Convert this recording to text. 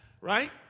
Right